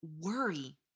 worry